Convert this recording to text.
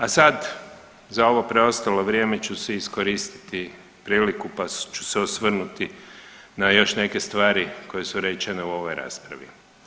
A sad za ovo preostalo vrijeme ću si iskoristiti priliku pa ću se osvrnuti na još neke stvari koje su rečene u ovoj raspravi.